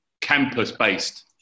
campus-based